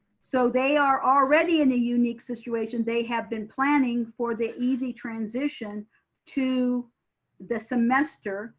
so they are already in a unique situation. they have been planning for the easy transition to the semester,